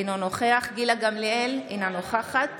אינו נוכח גילה גמליאל, אינה נוכחת